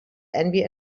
envy